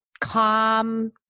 calm